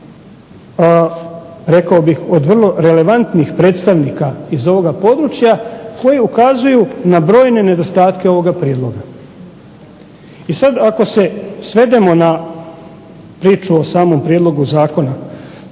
rekao bih od vrlo relevantnih predstavnika iz ovoga područja, koji ukazuju na brojne nedostatke ovoga prijedloga. I sad ako se svedemo na priču o samom prijedlogu zakona